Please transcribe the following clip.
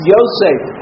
Yosef